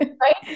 Right